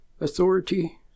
authority